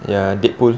ya deadpool